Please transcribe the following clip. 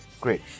great